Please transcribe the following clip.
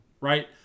right